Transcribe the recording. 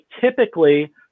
typically